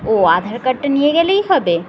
ও আধার কার্ডটা নিয়ে গেলেই হবে